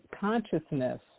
consciousness